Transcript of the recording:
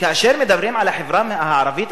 כאשר מדברים על החברה הערבית,